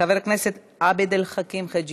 חבר הכנסת עבד אל חכים חאג'